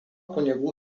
kunigų